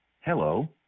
Hello